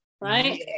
right